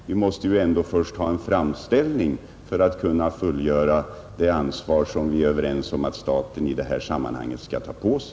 Vi måste ju ändå först ha en sådan framställning för att kunna fullgöra det ansvar som alla är överens om att staten i detta sammanhang skall ta på sig.